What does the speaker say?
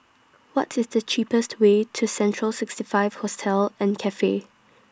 What IS The cheapest Way to Central sixty five Hostel and Cafe